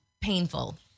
painful